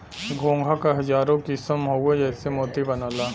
घोंघा क हजारो किसम हउवे एसे मोती बनला